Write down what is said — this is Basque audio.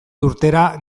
urtera